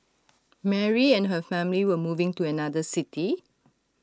Mary and her family were moving to another city